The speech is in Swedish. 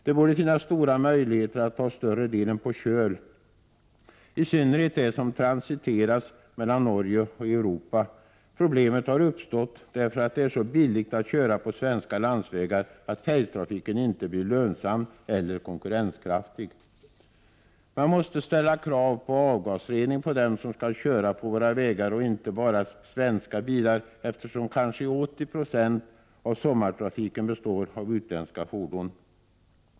Det borde finnas stora möjligheter att ta större delen på köl, i synnerhet det som transiteras mellan Norge och Europa. Problemet har uppstått därför att det är så billigt att köra på svenska landsvägar att färjtrafiken inte blir lönsam eller konkurrenskraftig. Man måste ställa krav på avgasrening på de bilar som skall köra på våra vägar, inte bara svenska bilar, eftersom kanske 80 26 av sommartrafiken består av utländska fordon.